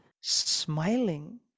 smiling